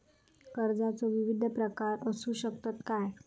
कर्जाचो विविध प्रकार असु शकतत काय?